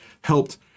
helped